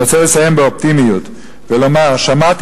אני רוצה לסיים באופטימיות ולומר: שמעתי